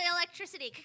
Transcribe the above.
electricity